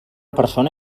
persona